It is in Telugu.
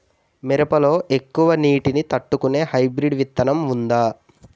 మిరప లో ఎక్కువ నీటి ని తట్టుకునే హైబ్రిడ్ విత్తనం వుందా?